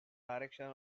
direction